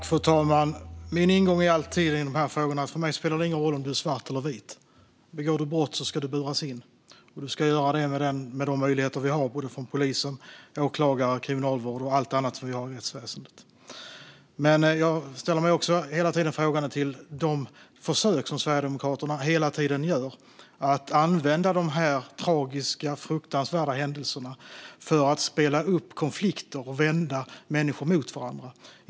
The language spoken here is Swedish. Fru talman! Min ingång i de här frågorna är alltid att för mig spelar det ingen roll om du är svart eller vit. Begår du brott ska du buras in. Vi ska göra det med de möjligheter vi har från polisen, åklagare, Kriminalvården och allt annat som vi har i rättsväsendet. Jag ställer mig hela tiden frågande till de försök som Sverigedemokraterna hela tiden gör att använda dessa tragiska, fruktansvärda händelser för att spela upp konflikter och vända människor mot varandra.